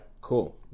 cool